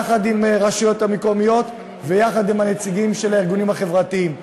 יחד עם הרשויות המקומיות ויחד עם הנציגים של הארגונים החברתיים.